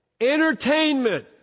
entertainment